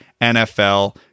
NFL